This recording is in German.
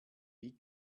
wie